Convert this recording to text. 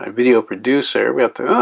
ah video producer. we have to, oh,